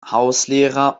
hauslehrer